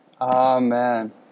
Amen